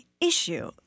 issue